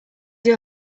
your